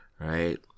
right